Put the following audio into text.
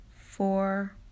four